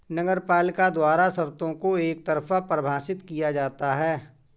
नगरपालिका द्वारा शर्तों को एकतरफा परिभाषित किया जाता है